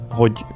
hogy